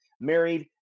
Married